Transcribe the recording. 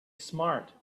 smart